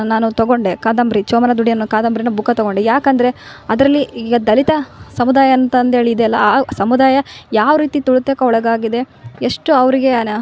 ನಾನು ತಗೊಂಡೆ ಕಾದಂಬರಿ ಚೋಮನದುಡಿ ಅನ್ನೋ ಕಾದಂಬರಿನ ಬುಕ್ಕ ತಗೊಂಡೆ ಯಾಕಂದರೆ ಅದರಲ್ಲಿ ಈಗ ದಲಿತ ಸಮುದಾಯ ಅಂತ ಅಂದ್ಹೇಳಿ ಇದೆ ಅಲ್ಲ ಆ ಸಮುದಾಯ ಯಾವ ರೀತಿ ತುಳಿತಕ್ಕೆ ಒಳಗಾಗಿದೆ ಎಷ್ಟೋ ಅವರಿಗೆ